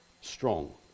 strong